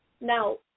Now